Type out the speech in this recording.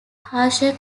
harsher